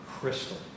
crystal